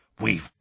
We've